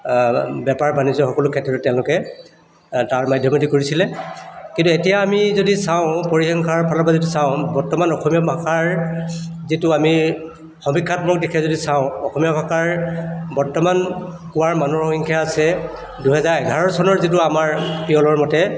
বেপাৰ বাণিজ্য সকলো ক্ষেত্ৰতে তেওঁলোকে তাৰ মাধ্যমেদি কৰিছিলে কিন্তু এতিয়া আমি যদি চাওঁ পৰিসংখ্যাৰ ফালৰপৰা যদি চাওঁ বৰ্তমান অসমীয়া ভাষাৰ যিটো আমি সমীক্ষাত্মক দিশেৰে যদি চাওঁ অসমীয়া ভাষাৰ বৰ্তমান কোৱা মানুহৰ সংখ্যা আছে দুহেজাৰ এঘাৰ চনৰ যিটো আমাৰ পিয়লৰ মতে